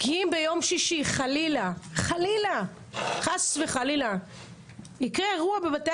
כי אם ביום שישי חס וחלילה יקרה אירוע בבתי